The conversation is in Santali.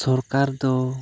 ᱥᱚᱨᱠᱟᱨ ᱫᱚ